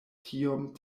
tiom